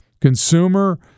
Consumer